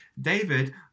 David